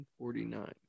1949